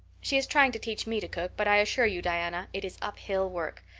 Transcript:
she is trying to teach me to cook but i assure you, diana, it is uphill work.